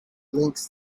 links